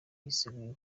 yiseguye